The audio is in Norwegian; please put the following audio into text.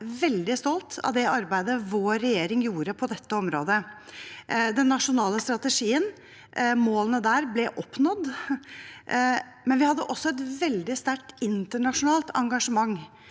Jeg er veldig stolt av det arbeidet vår regjering gjorde på dette området. Målene i den nasjonale strategien ble oppnådd, men vi hadde også et veldig sterkt internasjonalt engasjement.